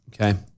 Okay